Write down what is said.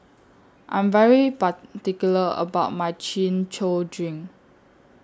I Am very particular about My Chin Chow Drink